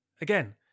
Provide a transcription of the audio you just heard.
Again